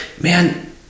man